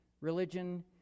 Religion